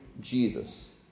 Jesus